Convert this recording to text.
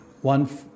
one